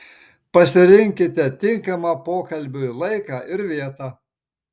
pasirinkite tinkamą pokalbiui laiką ir vietą